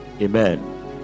Amen